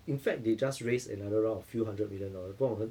in fact they just raised another round of few hundred million dollar 不懂很